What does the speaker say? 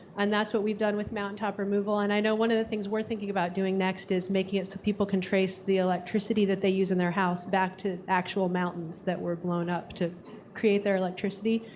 and that's what we've done with mountain top removal. and i know one of the things we're thinking about doing next is making it so people can trace the electricity that they use in their house back to actual mountains that were blown up to create their electricity.